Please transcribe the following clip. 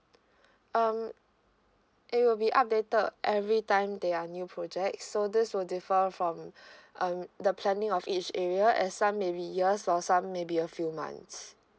um it will be updated every time there are new project so this will differ from um the planning of each area as some maybe years or some maybe a few months